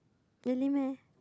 really meh